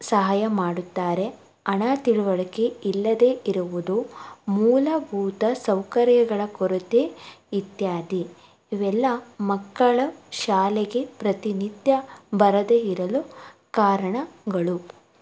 ಸಹಾಯ ಮಾಡುತ್ತಾರೆ ಹಣ ತಿಳುವಳಿಕೆ ಇಲ್ಲದೇ ಇರುವುದು ಮೂಲಭೂತ ಸೌಕರ್ಯಗಳ ಕೊರತೆ ಇತ್ಯಾದಿ ಇವೆಲ್ಲ ಮಕ್ಕಳು ಶಾಲೆಗೆ ಪ್ರತಿನಿತ್ಯ ಬರದೇ ಇರಲು ಕಾರಣಗಳು